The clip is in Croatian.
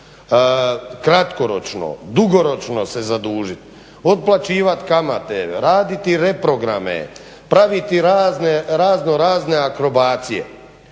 kratkoročno, dugoročno se zadužiti, otplaćivati kamate, raditi reprograme, praviti raznorazne akrobacije,